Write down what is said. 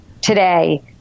today